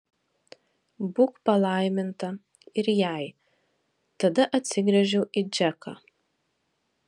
būk palaiminta ir jai tada atsigręžiau į džeką